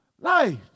life